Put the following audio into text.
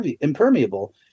impermeable